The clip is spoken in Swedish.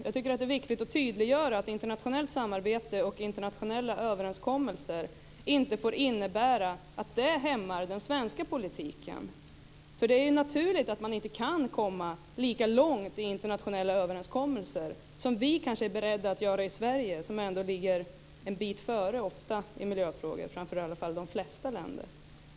Jag tycker att det är viktigt att tydliggöra att internationellt samarbete och internationella överenskommelser inte får innebära att den svenska politiken hämmas. Det är naturligt att man inte kan komma lika långt i internationella överenskommelser som vi kanske är beredda att göra i Sverige, som ofta ligger en bit före i miljöfrågor, i alla fall framför de flesta länder.